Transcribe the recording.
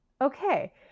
Okay